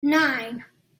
nine